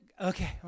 Okay